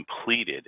completed